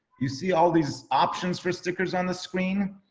you see all these options for stickers on the screen,